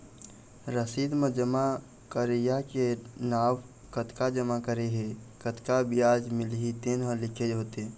रसीद म जमा करइया के नांव, कतका जमा करे हे, कतका बियाज मिलही तेन ह लिखे होथे